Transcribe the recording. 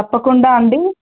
తప్పకుండా అండి